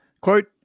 Quote